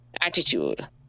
Attitude